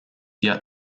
yet